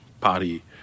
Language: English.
party